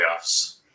playoffs